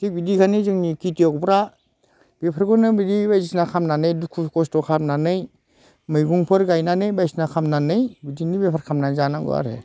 थिग बिदिखायनो जोंनि खिथियकफ्रा बेफोरखौनो बिदि बायदिसिना खालामनानै दुखु खस्थ' खालामनानै मैगंफोर गायनानै बायदिसिना खालामनानै बिदिनि बेफार खालामनानै जानांगौ आरो